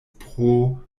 pro